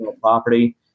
property